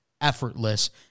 effortless